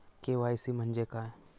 KYC म्हणजे काय?